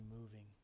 moving